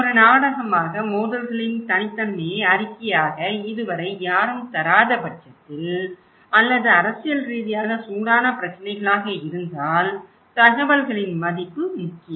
ஒரு நாடகமாக மோதல்களின் தனித்தன்மையை அறிக்கையாக இதுவரை யாரும் தராதபட்சத்தில் அல்லது அரசியல் ரீதியாக சூடான பிரச்சினைகளாக இருந்தால் தகவல்களின் மதிப்பு முக்கியம்